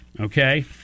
Okay